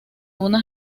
una